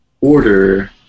order